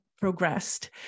progressed